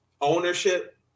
ownership